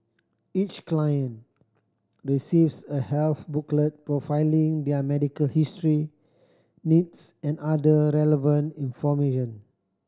each client receives a health booklet profiling their medical history needs and other relevant information